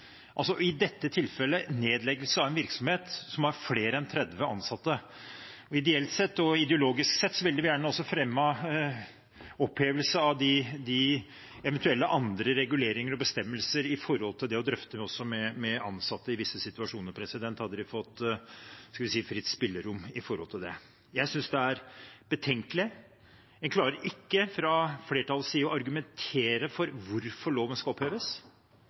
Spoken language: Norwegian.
i dette tilfellet nedleggelse av en virksomhet som har flere enn 30 ansatte. Ideelt sett og ideologisk sett ville de vel gjerne også ha fremmet opphevelse av eventuelle andre reguleringer og bestemmelser, også når det gjelder det å drøfte med ansatte i visse situasjoner, hadde de fått fritt spillerom til det. Jeg synes det er betenkelig. En klarer ikke fra flertallets side å argumentere for hvorfor loven skal oppheves.